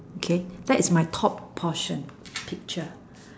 okay that is my top portion picture